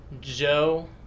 Joe